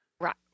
Right